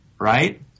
right